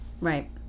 Right